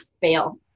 fail